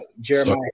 Jeremiah